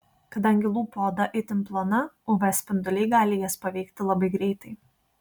kadangi lūpų oda itin plona uv spinduliai gali jas paveikti labai greitai